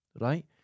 right